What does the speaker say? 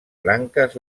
branques